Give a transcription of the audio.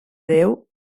déu